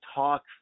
talk